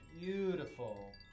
Beautiful